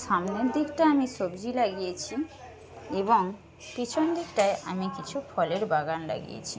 সামনের দিকটা আমি সবজি লাগিয়েছি এবং পিছন দিকটায় আমি কিছু ফলের বাগান লাগিয়েছি